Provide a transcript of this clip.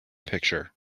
picture